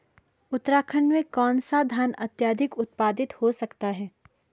उत्तराखंड में कौन सा धान अत्याधिक उत्पादित हो सकता है?